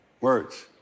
Words